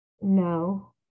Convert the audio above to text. No